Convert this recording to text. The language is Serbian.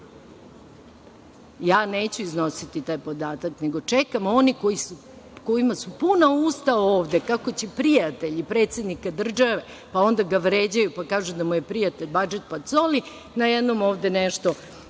neću iznositi taj podatak, nego čekam oni kojima su puna usta ovde kako će prijatelji predsednika države, pa onda da vređaju, pa kažu da mu je prijatelj Badžet Pacoli, najednom ovde nešto